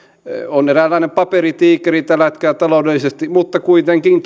on eräänlainen paperitiikeri tällä hetkellä taloudellisesti mutta kuitenkin